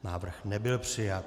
Návrh nebyl přijat.